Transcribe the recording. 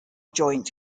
joint